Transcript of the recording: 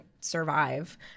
survive